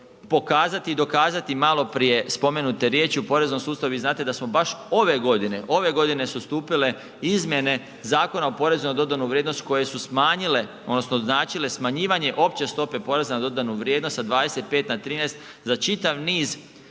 pokazati i dokazati malo prije spomenute riječi. U poreznom sustavu vi znate da smo baš ove godine, ove godine su stupile Izmjene zakona o porezu na dodanu vrijednost koje su smanjile odnosno značile smanjivanje opće stope poreza na dodanu vrijednost sa 25 na 13 za čitav niz